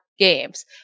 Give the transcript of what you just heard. Games